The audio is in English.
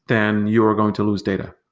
then you are going to lose data.